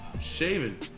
shaving